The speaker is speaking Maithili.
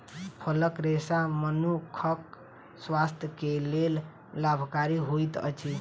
फलक रेशा मनुखक स्वास्थ्य के लेल लाभकारी होइत अछि